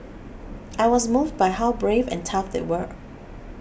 I was moved by how brave and tough they were